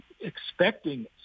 expecting